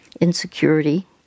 insecurity